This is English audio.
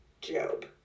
Job